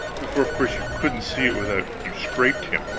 for of course you couldn't see it without you scraped him,